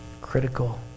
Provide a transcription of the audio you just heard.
critical